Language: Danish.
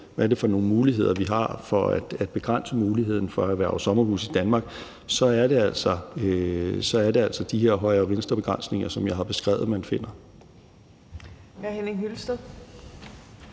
hvad det er for nogle muligheder, vi har, for at begrænse muligheden for at erhverve sommerhuse i Danmark, er det altså de her højre-venstre-begrænsninger, som jeg har beskrevet, man finder. Kl. 17:49 Tredje